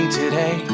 today